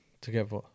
together